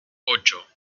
ocho